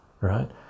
right